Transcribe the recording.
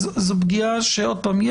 זו פגיעה שעוד פעם,